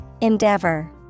Endeavor